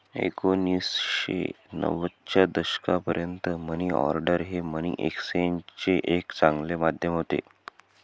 एकोणीसशे नव्वदच्या दशकापर्यंत मनी ऑर्डर हे मनी एक्सचेंजचे एक चांगले माध्यम होते